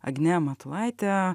agne matulaite